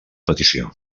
petició